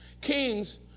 kings